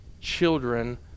children